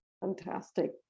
Fantastic